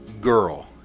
girl